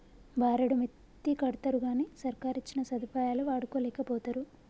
బారెడు మిత్తికడ్తరుగని సర్కారిచ్చిన సదుపాయాలు వాడుకోలేకపోతరు